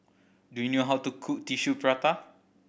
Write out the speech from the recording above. do you know how to cook Tissue Prata